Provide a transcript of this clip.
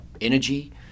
energy